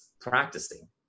Practicing